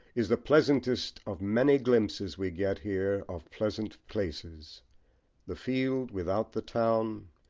is the pleasantest of many glimpses we get here of pleasant places the field without the town,